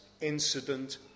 incident